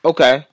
Okay